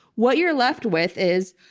what you're left with is,